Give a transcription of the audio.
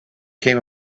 came